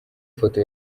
foto